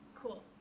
Cool